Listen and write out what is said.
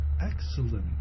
Excellent